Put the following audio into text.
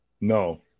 No